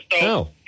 No